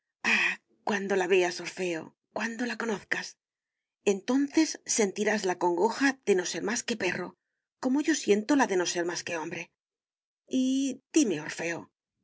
cuando la veas orfeo cuando la conozcas entonces sentirás la congoja de no ser más que perro como yo siento la de no ser más que hombre y dime orfeo